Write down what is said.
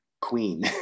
Queen